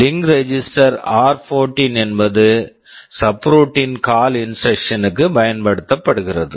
link register Link register ஆர்14 r14 என்பது subroutine subroutine call call instruction instruction க்கு பயன்படுத்தப்படுகிறது